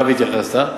שאליו התייחסת,